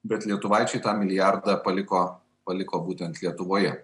bet lietuvaičiai tą milijardą paliko paliko būtent lietuvoje